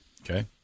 Okay